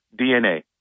DNA